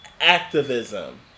activism